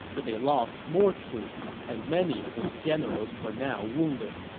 but they lost more troops, and many of his generals were now wounded